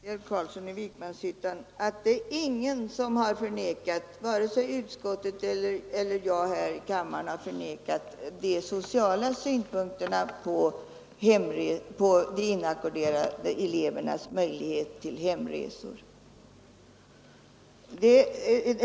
Herr talman! Jag vill bara säga till herr Carlsson i Vikmanshyttan att ingen — vare sig utskottet eller jag här i kammaren — har förnekat riktigheten i de sociala synpunkterna på de inackorderade elevernas möjlighet till hemresor.